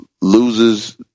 loses